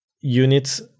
units